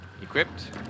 equipped